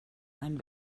einen